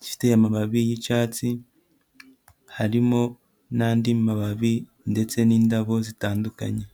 gifite amababi y'icyatsi, harimo n'andi mababi ndetse n'indabo zitandukanye.